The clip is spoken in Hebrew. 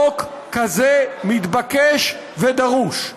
חוק כזה מתבקש ודרוש.